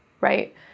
right